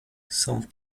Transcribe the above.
cent